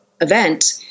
event